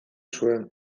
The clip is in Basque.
zuen